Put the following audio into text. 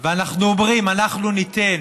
ואנחנו אומרים: אנחנו ניתן